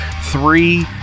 three